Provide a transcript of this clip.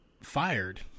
fired